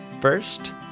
First